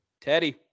Teddy